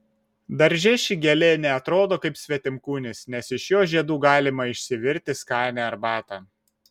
darže ši gėlė ne atrodo kaip svetimkūnis nes iš jos žiedų galima išsivirti skanią arbatą